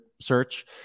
search